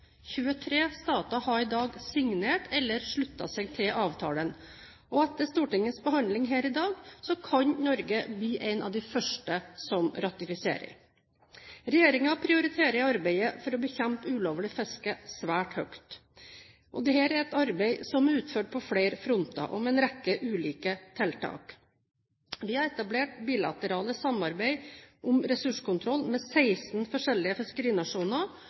23 stater har i dag signert eller sluttet seg til avtalen, og etter Stortingets behandling her i dag kan Norge bli en av de første som ratifiserer. Regjeringen prioriterer arbeidet for å bekjempe ulovlig fiske svært høyt. Dette er et arbeid som er utført på flere fronter, og med en rekke ulike tiltak. Vi har etablert bilateralt samarbeid om ressurskontroll med 16 forskjellige fiskerinasjoner